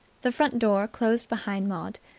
the front door closed behind maud.